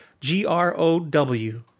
G-R-O-W